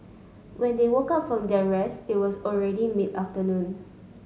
when they woke up from their rest it was already mid afternoon